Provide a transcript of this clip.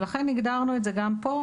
לכן הגדרנו את זה גם פה,